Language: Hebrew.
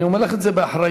אני אומר לךְ את זה באחריות.